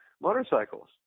motorcycles